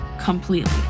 completely